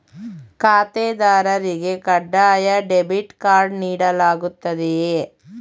ಖಾತೆದಾರರಿಗೆ ಕಡ್ಡಾಯ debit card ನೀಡಲಾಗುತ್ತದೆಯೇ?